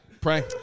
Pray